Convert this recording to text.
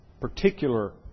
Particular